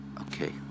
Okay